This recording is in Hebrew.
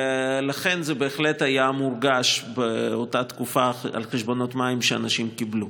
לכן זה בהחלט היה מורגש באותה תקופה בחשבונות מים שאנשים קיבלו.